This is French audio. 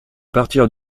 partir